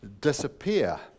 disappear